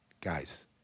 guys